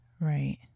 Right